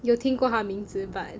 有听过他名字 but